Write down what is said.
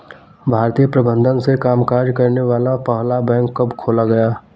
भारतीय प्रबंधन से कामकाज करने वाला पहला बैंक कब खोला गया?